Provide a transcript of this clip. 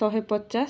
ଶହେ ପଚାଶ